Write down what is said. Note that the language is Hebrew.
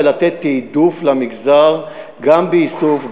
ולתת תעדוף למגזר גם באיסוף,